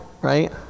right